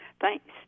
Thanks